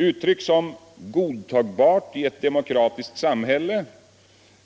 Uttryck - Nr 149 som ”godtagbart i ett demokratiskt samhälle”